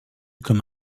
comme